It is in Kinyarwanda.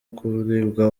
kuribwa